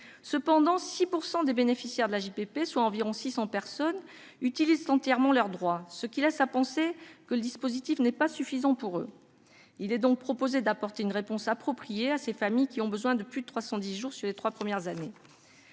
Cependant, 6 % des bénéficiaires de l'AJPP, soit environ 600 personnes, utilisent entièrement leurs droits, ce qui laisse à penser que le dispositif n'est pas suffisant pour eux. Il est donc proposé d'apporter une réponse appropriée à ces familles, qui ont besoin de plus de 310 jours sur les trois premières années.